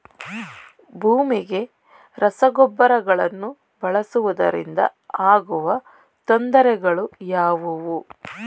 ಭೂಮಿಗೆ ರಸಗೊಬ್ಬರಗಳನ್ನು ಬಳಸುವುದರಿಂದ ಆಗುವ ತೊಂದರೆಗಳು ಯಾವುವು?